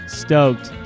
stoked